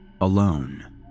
alone